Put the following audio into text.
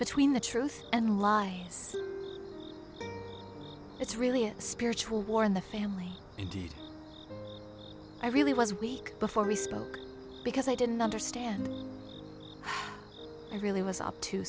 between the truth and lie it's really a spiritual war in the family indeed i really was weak before he spoke because i didn't understand i really was up to